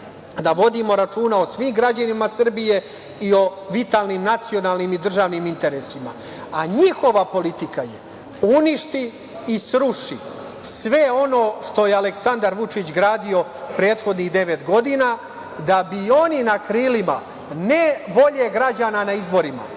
da vodimo računa o svim građanima Srbije i o vitalnim nacionalnim i državnim interesima, a njihova politika je da uništi i sruši sve ono što je Aleksandar Vučić gradio prethodnih devet godina da bi oni na krilima, ne volje građana na izborima,